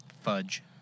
Fudge